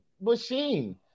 machine